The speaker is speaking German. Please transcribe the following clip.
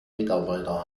mitarbeiter